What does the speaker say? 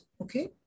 okay